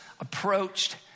approached